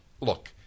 look